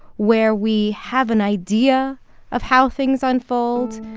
where we have an idea of how things unfold,